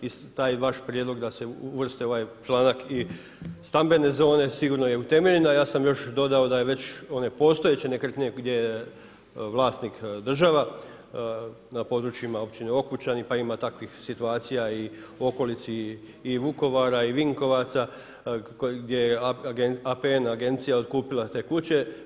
Isti taj vaš prijedlog da se uvrste u ovaj članak i stambene zone sigurno je utemeljen, a ja sam još dodao da je već one postojeće nekretnine gdje je vlasnik država na područjima Općine Okučani, pa ima takvih situacija i u okolici i Vukovara i Vinkovaca gdje je APN agencija otkupila te kuće.